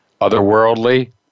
otherworldly